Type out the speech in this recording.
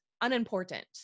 Unimportant